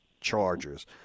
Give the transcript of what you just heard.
chargers